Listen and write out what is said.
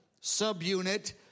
subunit